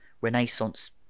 renaissance